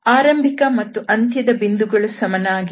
ಆರಂಭಿಕ ಮತ್ತು ಅಂತ್ಯದ ಬಿಂದುಗಳು ಸಮನಾಗಿವೆ